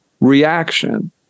reaction